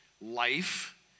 life